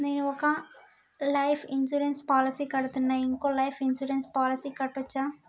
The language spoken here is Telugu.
నేను ఒక లైఫ్ ఇన్సూరెన్స్ పాలసీ కడ్తున్నా, ఇంకో లైఫ్ ఇన్సూరెన్స్ పాలసీ కట్టొచ్చా?